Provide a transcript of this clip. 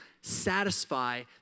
satisfy